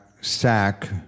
sack